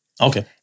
Okay